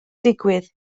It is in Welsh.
digwydd